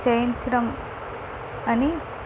చేయించడం అని